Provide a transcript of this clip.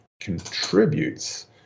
contributes